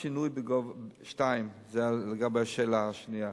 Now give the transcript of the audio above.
2. לגבי השאלה השנייה,